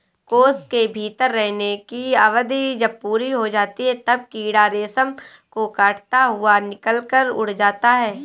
कोश के भीतर रहने की अवधि जब पूरी हो जाती है, तब कीड़ा रेशम को काटता हुआ निकलकर उड़ जाता है